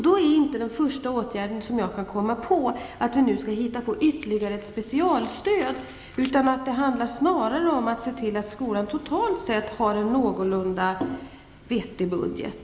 Då är inte den första åtgärden som jag kan komma på att vi skall hitta ytterligare ett specialstöd. Det handlar snarare om att se till att skolan totalt sett har en någorlunda vettig budget.